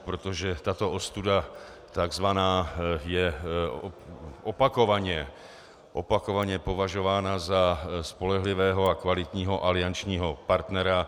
Protože tato ostuda takzvaná je opakovaně považována za spolehlivého a kvalitního aliančního partnera.